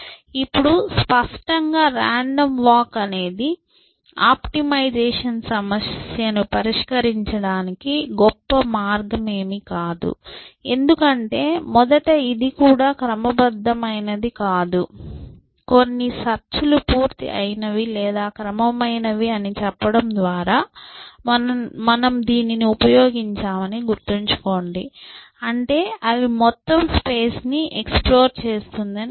ఇప్పుడు స్పష్టంగా random walk అనేది ఆప్టిమైజేషన్ సమస్యను పరిష్కరించడానికి గొప్ప మార్గంమేమి కాదు ఎందుకంటే మొదట ఇది కూడా క్రమబద్ధమైనది కాదు కొన్ని సెర్చ్లు పూర్తి అయినవి లేదా క్రమమైనవి అని చెప్పడం ద్వారా మనము దీనిని ఉపయోగించామని గుర్తుంచుకోండి అంటే అవి మొత్తం స్పేస్ ని ఎక్స్ప్లోర్ చేస్తుంది అని అర్థం